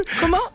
comment